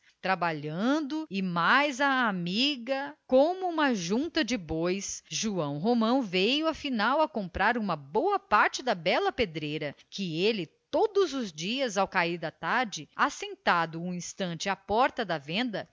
trabalhando e mais a amiga como uma junta de bois joão romão veio afinal a comprar uma boa parte da bela pedreira que ele todos os dias ao cair da tarde assentado um instante à porta da venda